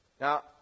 Now